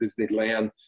Disneyland